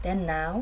then now